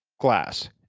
glass